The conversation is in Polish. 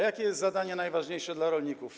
Jakie jest zadanie najważniejsze dla rolników?